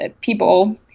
people